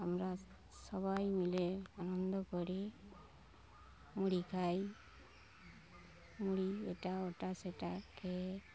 আমরা সবাই মিলে আনন্দ করি মুড়ি খাই মুড়ি এটা ওটা সেটা খেয়ে